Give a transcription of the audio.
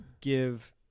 give